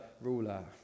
ruler